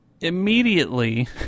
Immediately